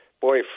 boy